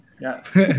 Yes